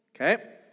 Okay